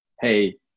Hey